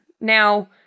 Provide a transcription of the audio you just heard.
Now –